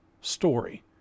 story